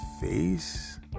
face